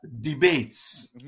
debates